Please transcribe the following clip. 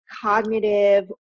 cognitive